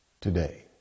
today